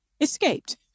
escaped